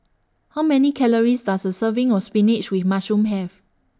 How Many Calories Does A Serving of Spinach with Mushroom Have